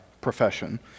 profession